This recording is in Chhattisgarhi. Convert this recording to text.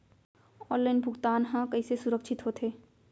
ऑनलाइन भुगतान हा कइसे सुरक्षित होथे?